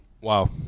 Wow